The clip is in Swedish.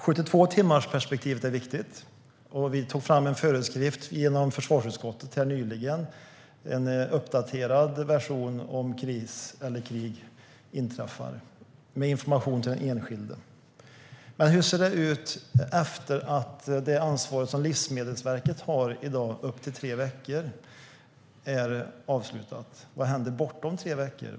72-timmarsperspektivet är viktigt. Vi har nyligen tagit fram en föreskrift i försvarsutskottet. Det är en uppdaterad version med information till den enskilde om kris eller krig skulle inträffa. Men vad händer bortom tre veckor, när det ansvar som Livsmedelsverket har i dag har passerat?